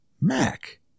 Mac